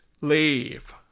leave